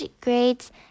grades